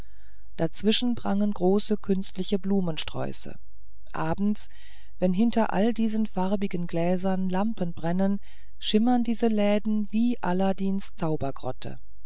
dazwischen prangen große künstliche blumensträuße abends wenn hinter allen diesen farbigen gläsern lampen brennen schimmern diese läden wie